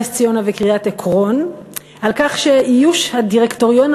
נס-ציונה וקריית-עקרון על כך שאיוש הדירקטוריון,